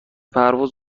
پرواز